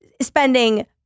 spending